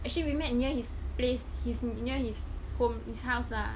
actually we met near his place his near his home his house lah